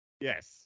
Yes